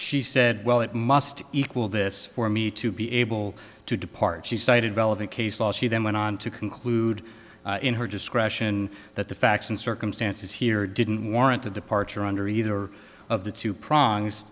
she said well it must equal this for me to be able to depart she cited relevant case law she then went on to conclude in her discretion that the facts and circumstances here didn't warrant a departure under either of the two prongs